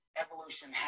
evolution